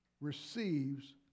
receives